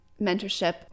mentorship